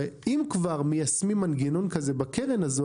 ואם כבר מיישמים מנגנון כזה בקרן הזו,